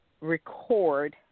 record